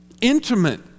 intimate